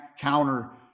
counter